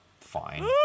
fine